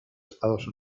estados